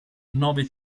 nove